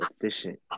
efficient